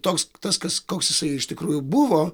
toks tas kas koks jisai iš tikrųjų buvo